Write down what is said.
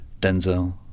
Denzel